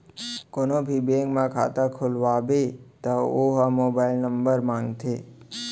कोनो भी बेंक म खाता खोलवाबे त ओ ह मोबाईल नंबर मांगथे